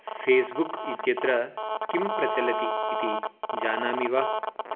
Facebook इत्यत्र किं प्रचलति इति जानामि वा